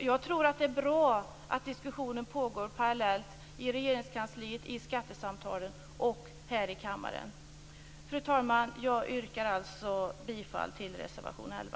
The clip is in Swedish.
Jag tror att det är bra att det pågår en diskussion parallellt i Regeringskansliet, vid skattesamtalen och här i kammaren. Fru talman! Jag yrkar alltså bifall till reservation nr 11.